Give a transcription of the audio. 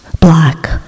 Black